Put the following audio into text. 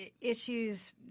issues